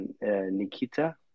Nikita